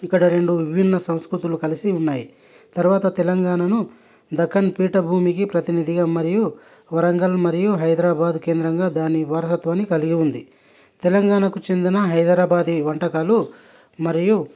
ఇక్కడ రెండు విభిన్న సంస్కృతులు కలిసి ఉన్నాయి తర్వాత తెలంగాణను డక్కన్ పీఠభూమికి ప్రతినిధిగా మరియు వరంగల్ మరియు హైదరాబాదు కేంద్రంగా దాని వారసత్వాన్ని కలిగి ఉంది తెలంగాణకి చందిన హైదరాబాదీ వంటకాలు మరియు